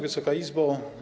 Wysoka Izbo!